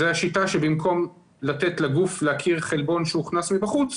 זו השיטה שבמקום לתת לגוף להכיר חלבון שהוכנס מבחוץ,